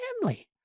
family